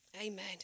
Amen